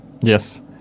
Yes